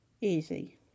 easy